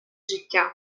життя